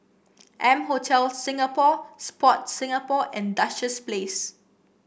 M Hotel Singapore Sport Singapore and Duchess Place